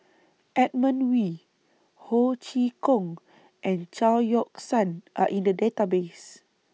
Edmund Wee Ho Chee Kong and Chao Yoke San Are in The Database